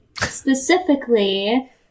specifically